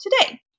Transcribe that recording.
today